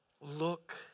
Look